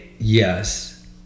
Yes